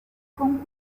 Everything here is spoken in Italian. con